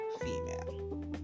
female